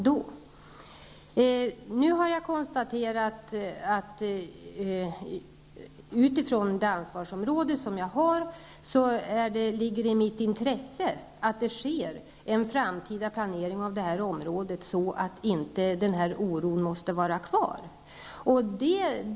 Jag har nu konstaterat att det utifrån det ansvarsområde jag har ligger i mitt intresse att det i framtiden görs en planering som medför att den här oron inte behöver finnas kvar.